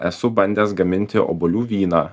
esu bandęs gaminti obuolių vyną